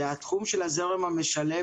התחום של הזרם המשלב,